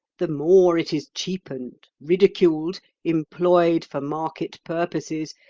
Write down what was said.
the more it is cheapened, ridiculed, employed for market purposes,